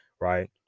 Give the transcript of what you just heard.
right